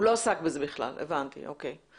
הוא לא עסק בזה בכלל, הבנתי, אוקיי.